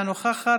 אינה נוכחת,